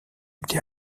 été